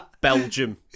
Belgium